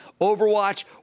Overwatch